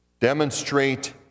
demonstrate